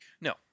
No